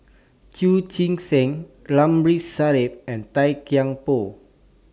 Chu Chee Seng Ramli Sarip and Tan Kian Por